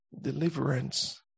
deliverance